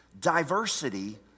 Diversity